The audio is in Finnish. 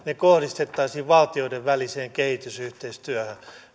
kohdistettaisiin valtioiden väliseen kehitysyhteistyöhön